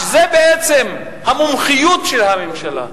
שזאת בעצם המומחיות של הממשלה,